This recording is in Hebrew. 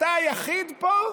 אתה היחיד פה,